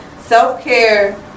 Self-care